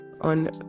on